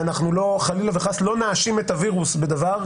ואנחנו חלילה וחס לא נאשים את הווירוס בדבר,